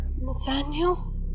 Nathaniel